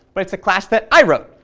but it's a class that i wrote.